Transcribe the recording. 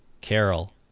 Carol